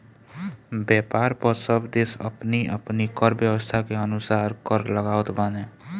व्यापार पअ सब देस अपनी अपनी कर व्यवस्था के अनुसार कर लगावत बाने